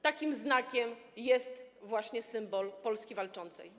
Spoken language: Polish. Takim znakiem jest właśnie symbol Polski Walczącej.